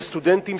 בסטודנטים,